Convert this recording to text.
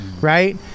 right